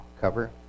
cover